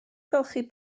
golchi